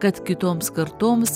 kad kitoms kartoms